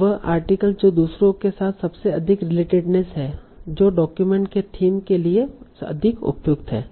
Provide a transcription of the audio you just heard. वह आर्टिकल जो दूसरों के साथ सबसे अधिक रिलेटेडनेस है जो डॉक्यूमेंट के थीम के लिए अधिक उपयुक्त है